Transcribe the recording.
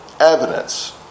evidence